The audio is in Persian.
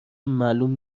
معلوم